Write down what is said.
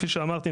כפי שאמרתי,